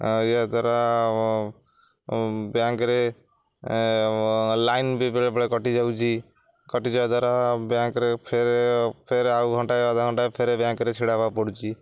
ଏହାଦ୍ଵାରା ବ୍ୟାଙ୍କରେ ଲାଇନ୍ ବି ବେଳେବେଳେ କଟିଯାଉଛି କଟିଯିବା ଦ୍ୱାରା ବ୍ୟାଙ୍କରେ ଫେରେ ଫେର ଆଉ ଘଣ୍ଟାଏ ଅଧା ଘଣ୍ଟାଏ ଫେରେ ବ୍ୟାଙ୍କରେ ଛିଡ଼ା ହେବାକୁ ପଡ଼ୁଛି